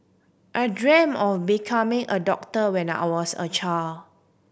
I dreamt of becoming a doctor when I was a child